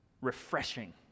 refreshing